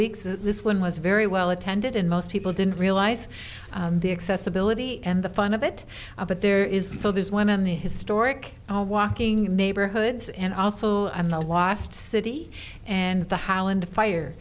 weeks and this one was very well attended and most people didn't realize the accessibility and the fun of it but there is so there's one in the historic walking neighborhoods and also the lost city and the highland fire